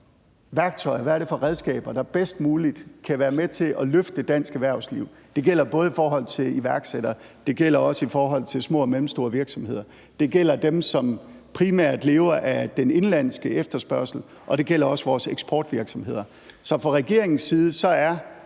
værktøjer, hvad det er for redskaber, der bedst muligt kan være med til at løfte dansk erhvervsliv. Det gælder i forhold til iværksættere, det gælder også i forhold til små og mellemstore virksomheder, det gælder dem, som primært lever af den indenlandske efterspørgsel, og det gælder også vores eksportvirksomheder. Så for regeringen er